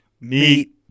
meet